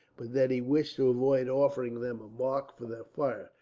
but that he wished to avoid offering them a mark for their fire,